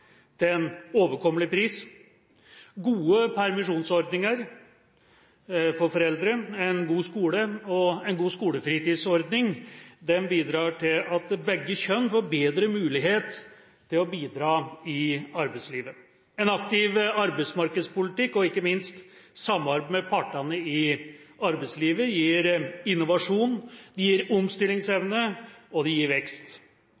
en overkommelig pris, gode permisjonsordninger for foreldre, en god skole og en god skolefritidsordning bidrar til at begge kjønn får bedre mulighet til å bidra i arbeidslivet. En aktiv arbeidsmarkedspolitikk og ikke minst samarbeid med partene i arbeidslivet gir innovasjon, omstillingsevne og vekst.